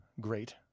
Great